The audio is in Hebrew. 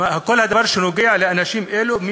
כל דבר שנוגע לאנשים אלו,